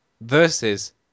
versus